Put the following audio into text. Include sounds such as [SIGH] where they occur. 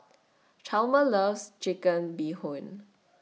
[NOISE] Chalmer loves Chicken Bee Hoon